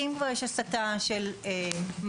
אם כבר יש הסטה של משאבים,